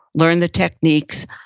learn the techniques,